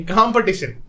Competition